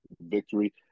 victory